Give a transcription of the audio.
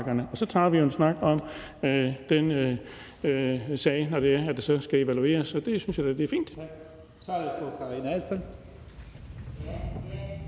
og så tager vi jo en snak om den sag, når det så skal evalueres, og det synes jeg da er fint.